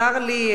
צר לי,